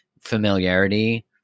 familiarity